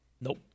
Nope